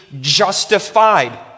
justified